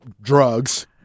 drugs